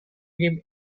him